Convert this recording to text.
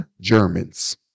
Germans